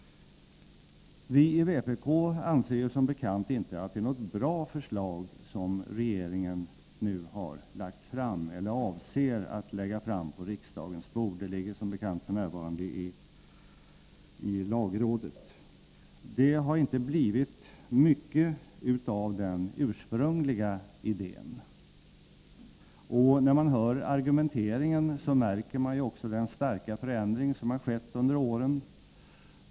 Vi i vpk anser som bekant inte att det är något bra förslag som regeringen nu avser att lägga fram på riksdagens bord — det ligger som bekant f. n. i lagrådet. Det har inte blivit mycket av den ursprungliga idén. När man hör argumenteringen märker man också den starka förändring som har skett under åren.